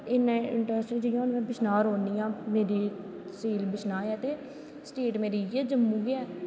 इन्ना इंट्रस्ट जियां हून में बिश्नाह् रौंह्नीं आं मेरी तसील बिशनाह् ऐ ते स्टेट मेरी इयै जम्मू ऐ